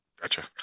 Gotcha